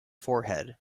forehead